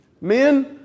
Men